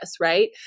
right